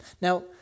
Now